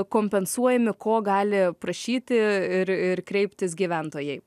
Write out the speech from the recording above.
kompensuojami ko gali prašyti ir ir kreiptis gyventojai